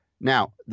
now